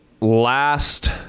last